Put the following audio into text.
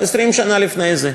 20 שנה לפני זה,